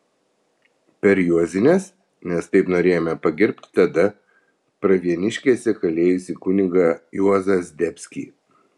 per juozines nes taip norėjome pagerbti tada pravieniškėse kalėjusi kunigą juozą zdebskį